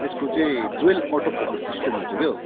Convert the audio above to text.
यसको चाहिँ dual auto focus system हुन्छ क्या